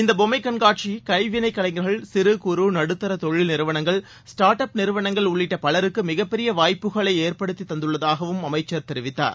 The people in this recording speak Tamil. இந்த பொம்மை கண்காட்சி கைவினை கலைஞர்கள் சிறு குறு நடுத்தர தொழில் நிறுவனங்கள் ஸ்டாட் அப் நிறுவனங்கள் உள்ளிட்ட பலருக்கு மிகப்பெரிய வாய்ப்புகளை ஏற்படுத்தி தந்துள்ளதாகவும் அமைச்சர் தெரிவித்தார்